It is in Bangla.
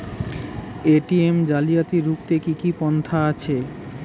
এ.টি.এম জালিয়াতি রুখতে কি কি পন্থা আছে?